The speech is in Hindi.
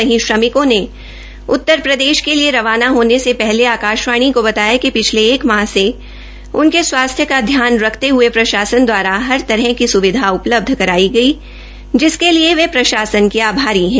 वहीं श्रमिकों ने उत्तर प्रदेश के लिए रवाना होने से पहले आकाशवाणी को बताया कि पिछले एक माह से उनके स्वास्थ्य का ध्यान रखते हए प्रशासन द्वारा हर तरह की सुविधा उपलब्ध करवाई गई जिसके लिए वे प्रशासन के आभारी हैं